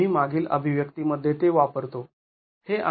आम्ही मागील अभिव्यक्ती मध्ये ते वापरतो